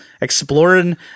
exploring